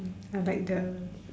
like the